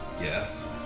yes